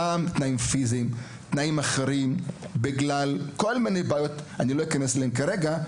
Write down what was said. שם התנאים הם אחרים בגלל כל מיני בעיות שלא אכנס אליהן כרגע.